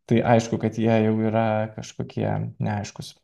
tai aišku kad jie jau yra kažkokie neaiškūs